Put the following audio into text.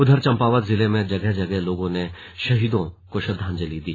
उधर चम्पावत जिले में जगह जगह लोगों ने शहादों को श्रद्धांजलि दी